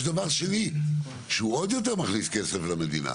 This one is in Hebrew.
יש דבר שני שהוא עוד יותר מכניס כסף למדינה,